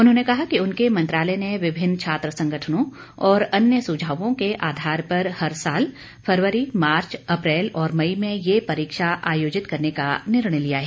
उन्होंने कहा कि उनके मंत्रालय ने विभिन्न छात्र संगठनों और अन्य सुझावों के आधार पर हर साल फरवरी मार्च अप्रैल और मई में ये परीक्षा आयोजित करने का निर्णय लिया है